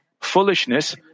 foolishness